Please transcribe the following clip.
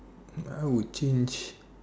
I would change